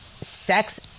sex